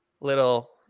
little